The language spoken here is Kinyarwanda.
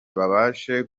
babashe